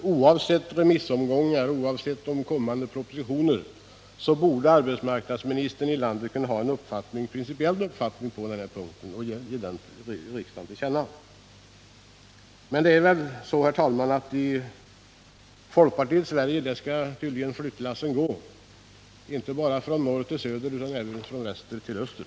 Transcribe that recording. Oavsett remissomgångar och kommande propositioner borde faktiskt landets arbetsmarknadsminister ha en principiell uppfattning på denna punkt och ge riksdagen den till känna. Men det är tydligen så, herr talman, att i folkpartiets Sverige skall flyttlassen gå —- inte bara från norr till söder, utan även från väster till öster.